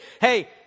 hey